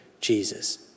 Jesus